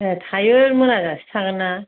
ए थायो मोनाजासे थागोन ना